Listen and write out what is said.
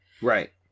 Right